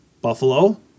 Buffalo